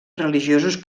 religiosos